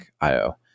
IO